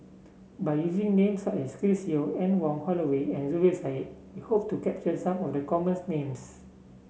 by using name such as Chris Yeo Anne Wong Holloway and Zubir Said we hope to capture some of the common names